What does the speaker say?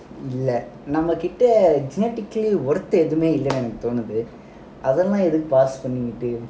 இல்ல நம்ம கிட்ட:illa namma kita worth எதுமே இல்லனு எனக்கு தெரிஞ்சி போச்சு:edhumae illanu therinji pochu